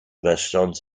restaurant